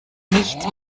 nicht